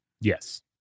Yes